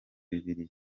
bibiliya